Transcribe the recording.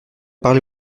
parler